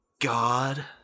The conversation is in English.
God